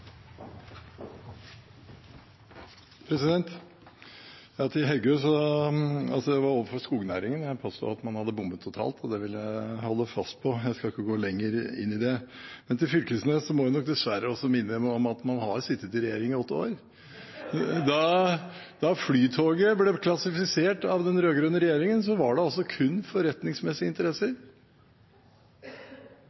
Til Heggø: Det var overfor skognæringen jeg påsto at man hadde bommet totalt, og det vil jeg holde fast på. Jeg skal ikke gå lenger inn i det. Men til Knag Fylkesnes må jeg nok dessverre også minne om at man har sittet i regjering i åtte år. Da Flytoget ble klassifisert av den rød-grønne regjeringen, var det altså kun